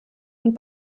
und